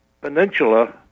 peninsula